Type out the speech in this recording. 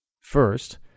First